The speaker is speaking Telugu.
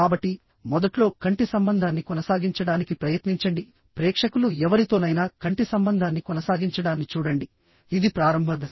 కాబట్టి మొదట్లో కంటి సంబంధాన్ని కొనసాగించడానికి ప్రయత్నించండి ప్రేక్షకులు ఎవరితోనైనా కంటి సంబంధాన్ని కొనసాగించడాన్ని చూడండి ఇది ప్రారంభ దశ